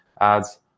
ads